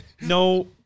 no